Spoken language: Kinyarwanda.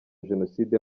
jenoside